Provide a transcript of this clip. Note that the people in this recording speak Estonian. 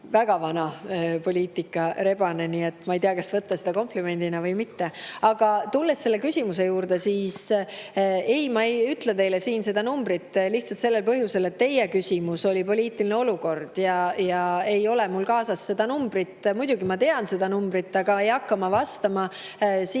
väga vana poliitikarebane, nii et ma ei tea, kas võtta seda komplimendina või mitte. Aga ma tulen küsimuse juurde. Ei, ma ei ütle teile siin seda numbrit lihtsalt sellel põhjusel, et teie küsimus oli poliitilise olukorra kohta ja mul ei ole seda numbrit kaasas. Muidugi ma tean seda numbrit, aga ma ei hakka siin